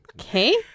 okay